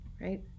right